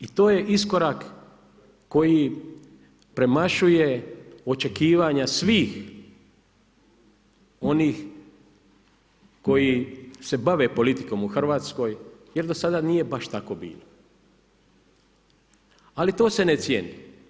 I to je iskorak koji premašuje očekivanja svih onih koji se bave politikom u Hrvatskoj jer do sada nije baš tako bilo, ali to se ne cijeni.